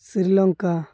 Sri Lanka